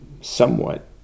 somewhat